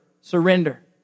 surrender